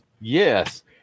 Yes